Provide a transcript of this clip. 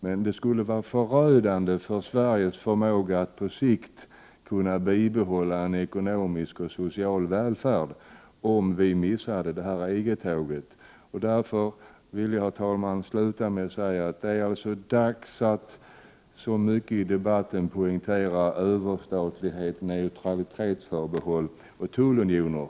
Men det skulle vara förödande för Sveriges förmåga att på sikt kunna bibehålla en ekonomisk och social välfärd om vi missar EG-tåget. Herr talman! Jag vill därför avsluta med att säga att det är dags att i debatten så mycket som möjligt poängtera överstatlighet, neutralitetsförbehåll och tullunioner.